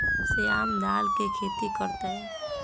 श्याम दाल के खेती कर तय